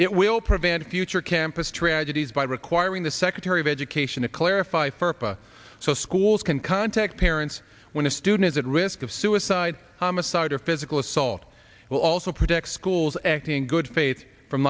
it will prevent future campus tragedies by requiring the secretary of education to clarify further so schools can contact parents when a student is at risk of suicide homicide or physical assault will also protect schools acting good faith from